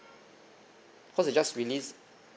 cause they just release